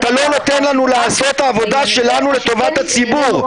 אתה לא נותן לנו לעשות את העבודה שלנו לטובת הציבור.